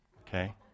Okay